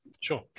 sure